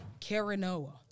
Caranoa